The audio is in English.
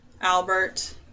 Albert